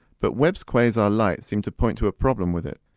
but webb's quasar light seemed to point to a problem with it.